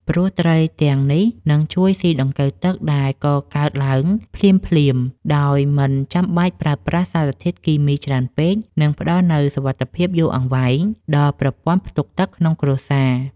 ព្រោះត្រីទាំងនេះនឹងជួយស៊ីដង្កូវទឹកដែលកកើតឡើងភ្លាមៗ ដោយមិនចាំបាច់ប្រើប្រាស់សារធាតុគីមីច្រើនពេក និងផ្តល់នូវសុវត្ថិភាពយូរអង្វែងដល់ប្រព័ន្ធផ្ទុកទឹកក្នុងគ្រួសារ។